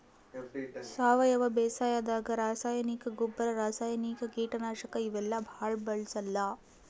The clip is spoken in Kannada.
ಸಾವಯವ ಬೇಸಾಯಾದಾಗ ರಾಸಾಯನಿಕ್ ಗೊಬ್ಬರ್, ರಾಸಾಯನಿಕ್ ಕೀಟನಾಶಕ್ ಇವೆಲ್ಲಾ ಭಾಳ್ ಬಳ್ಸಲ್ಲ್